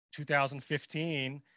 2015